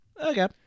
Okay